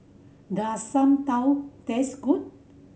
does Sam tau taste good